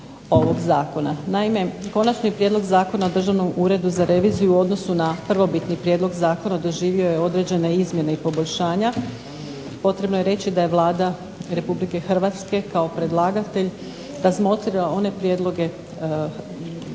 Naime, Konačni prijedlog Zakona o Državnom uredu za reviziju u odnosu na prvobitni prijedlog zakona doživio je određene izmjene i poboljšanja. Potrebno je reći da je Vlada Republike Hrvatske kao predlagatelj razmotrio one prijedloge